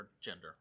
Gender